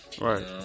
Right